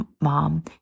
mom